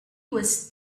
was